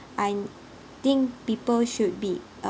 I think people should be uh